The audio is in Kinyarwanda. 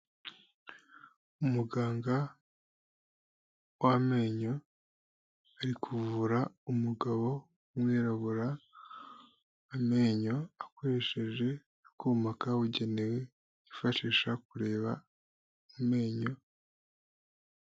Umuganga w'amenyo, ari kuvura umugabo w'umwirabura amenyo akoresheje akuma kabugenewe kifashisha kureba amenyo.